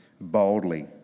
boldly